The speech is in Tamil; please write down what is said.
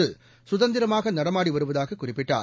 கதந்திரமாக நடமாடி வருவதாக குறிப்பிட்டார்